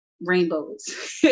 rainbows